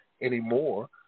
anymore